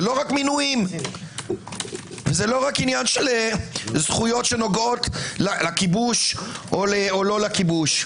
זה לא רק מינויים ולא רק עניין של זכויות שנוגעות לכיבוש או לא לכיבוש.